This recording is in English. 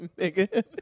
nigga